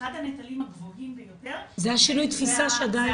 אחד הנטלים הגבוהים ביותר זה החינוך.